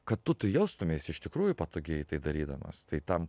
kad tu tu jaustumeisi iš tikrųjų patogiai tai darydamas tai tam